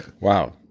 Wow